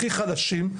הכי חלשים,